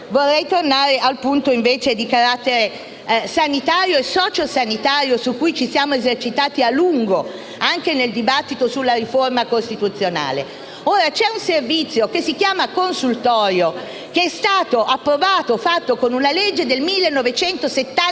Vorrei però tornare al punto di carattere sanitario e socio sanitario, su cui ci siamo esercitati a lungo, anche nel dibattito sulla riforma costituzionale. C'è un servizio che si chiama consultorio, che è stato approvato con una legge del 1975,